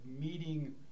meeting